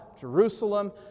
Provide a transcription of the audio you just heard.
Jerusalem